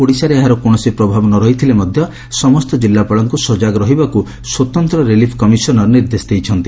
ଓଡ଼ିଶାରେ ଏହାର କୌଣସି ପ୍ରଭାବ ନ ରହିଥିଲେ ମଧ୍ଧ ସମସ୍ତ ଜିଲ୍ଲାପାଳଙ୍କୁ ସଜାଗ ରହିବାକୁ ସ୍ୱତନ୍ତ ରିଲିଫ୍ କମିଶନର ନିର୍ଦ୍ଦେଶ ଦେଇଛନ୍ତି